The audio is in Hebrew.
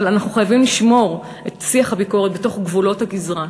אבל אנחנו חייבים לשמור את שיח הביקורת בתוך גבולות הגזרה.